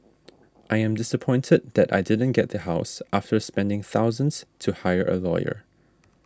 I am disappointed that I didn't get the house after spending thousands to hire a lawyer